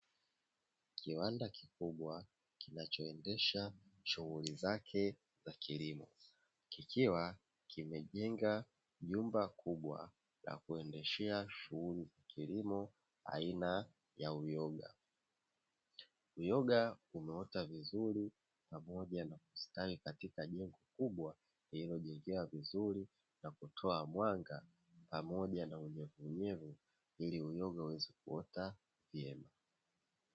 kiwanda kikubwa kinachoendesha shughuli zake za kilimo kikiwa kimejenga nyumba kubwa ya kuendeshea kilimo aina ya uyoga. Uyoga umeota vizuri pamoja na kustawi katika jengo kubwa lililojengewa vizuri na kutoa mwanga pamoja na unyevu unyevu ili uyoga uweze kuota vyema.